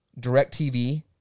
Directv